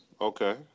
okay